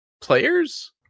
players